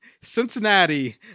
Cincinnati